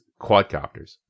quadcopters